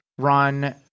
run